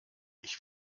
ich